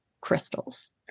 Crystals